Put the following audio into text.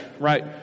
Right